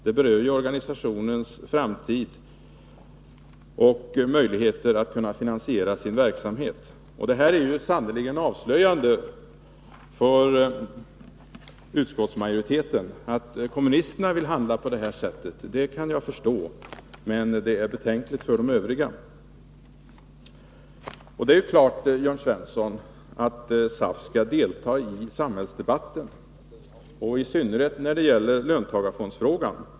Det gäller ju organisationens framtid och möjligheter att finansiera sin verksamhet. Det som hänt är för utskottsmajoritetens del sannerligen avslöjande. Att kommunisterna vill handla på det här sättet kan jag förstå, men det är betänkligt när det gäller de övriga. Det är klart, Jörn Svensson, att SAF skall delta i samhällsdebatten.